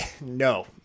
no